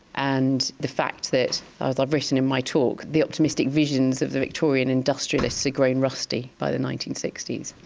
and the fact that, as i've written in my talk, the optimistic visions of the victorian industrialists had grown rusty by the nineteen sixty s.